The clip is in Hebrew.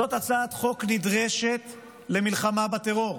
זאת הצעת חוק נדרשת למלחמה בטרור.